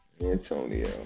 Antonio